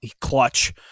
clutch